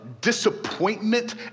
disappointment